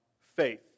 faith